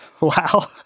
Wow